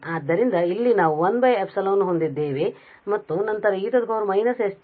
ಆದ್ದರಿಂದ ಇಲ್ಲಿ ನಾವು 1ε ಹೊಂದಿದ್ದೇವೆ ಮತ್ತು ನಂತರ e −st ಇದೆ ಮತ್ತು ನಂತರ ನಾವು dt